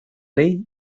ley